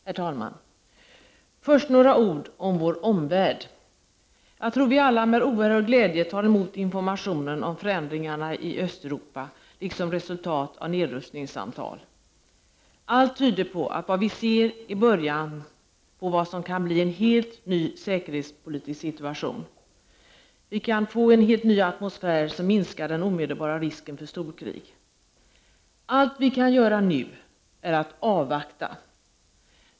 Herr talman! Först några ord om vår omvärld. Jag tror att vi alla med oerhörd glädje tar emot informationen om förändringar i Östeuropa liksom resultat av nedrustningssamtal. Allt tyder på att vad vi ser är början på vad som kan bli en helt ny säkerhetspolitisk situation. Vi kan få en helt ny atmosfär, som minskar den omedelbara risken för storkrig. Allt vi kan göra nu är att avvakta.